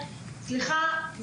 סליחה,